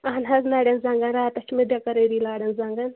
اہن حظ نَڈیٚن زَنگن راتَس چھِ مےٚ بیٚکَرٲری لاران زَنگن